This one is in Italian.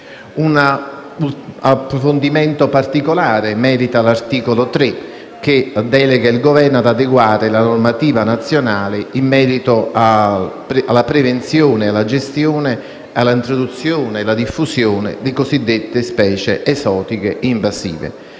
Un approfondimento particolare merita l'articolo 3, che delega il Governo ad adeguare la normativa nazionale in merito alla prevenzione, alla gestione, all'introduzione e alla diffusione di cosiddette specie esotiche invasive,